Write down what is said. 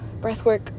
breathwork